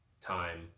time